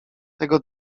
tego